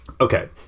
okay